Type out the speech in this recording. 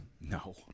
No